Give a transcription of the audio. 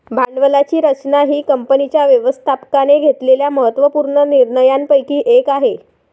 भांडवलाची रचना ही कंपनीच्या व्यवस्थापकाने घेतलेल्या महत्त्व पूर्ण निर्णयांपैकी एक आहे